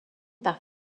par